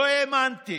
לא האמנתי.